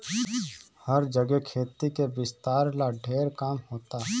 हर जगे खेती के विस्तार ला ढेर काम होता